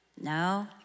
No